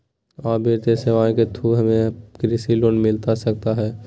आ वित्तीय सेवाएं के थ्रू हमें कृषि लोन मिलता सकता है?